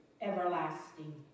everlasting